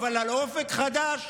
אבל על אופק חדש,